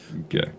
Okay